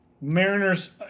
Mariners